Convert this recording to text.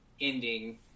ending